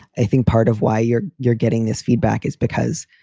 i think part of why you're you're getting this feedback is because,